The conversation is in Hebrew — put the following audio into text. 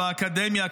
באקדמיה,